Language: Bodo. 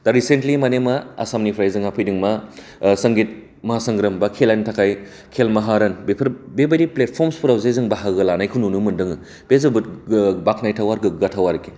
दा रिसेनलि माने मा आसमानिफ्राइ जोंहा फैदों मा संगिट मासंग्रोम बा खेलानि थाखाय खेल माहारोन बेफोर बे बायदि फ्लेटफर्मसफोराव जि जों बाहागोन लानायखौ नुनो मोनदों बे जोबोद बाखोनायथाव आरो गोग्गाथावआरोखि